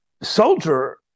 soldier